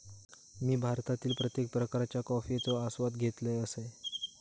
मी भारतातील प्रत्येक प्रकारच्या कॉफयेचो आस्वाद घेतल असय